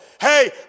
Hey